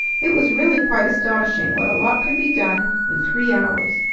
it was really quite astonishing what a lot could be done in three hours.